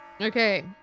Okay